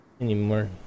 anymore